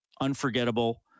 unforgettable